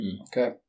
Okay